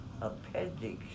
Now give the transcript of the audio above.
appendix